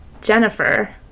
Jennifer